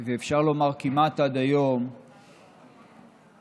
ואפשר לומר שכמעט עד היום, הוא שלצערי,